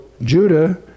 Judah